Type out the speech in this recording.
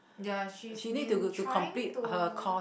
ya she's been trying to